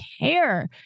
care